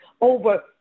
over